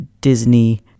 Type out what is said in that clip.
Disney